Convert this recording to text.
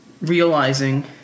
realizing